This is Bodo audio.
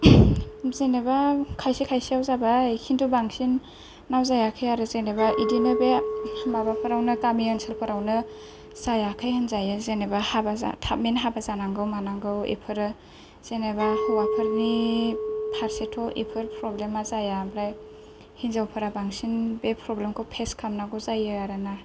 जेनोबा खायसे खायसेयाव जाबाय खिनथु बांसिन नाव जायाखै आरो जेनोबा इदिनो बे माबाफोरावनो गामि ओनसोलफोरावनो जायाखै होनजायो जेनोबा हाबा थाबनो हाबा जानांगौ मानांगौ एफोरो जेनोबा हौवाफेरनि फारसेथ' एफोर फ्रब्लेमा जाया ओमफ्राय हिनजावफोरा बांसिन बे फ्रेब्लेमखौ फेस खालामनांगौ जायो आरोना